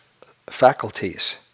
faculties